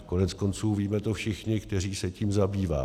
Koneckonců víme to všichni, kteří se tím zabýváme.